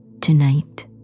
tonight